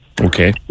Okay